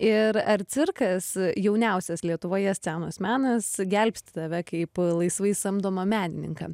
ir ar cirkas jauniausias lietuvoje scenos menas gelbsti tave kaip laisvai samdomą menininką